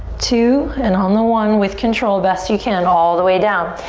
two, and on the one with control best you can all the way down.